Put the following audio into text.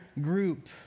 group